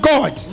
God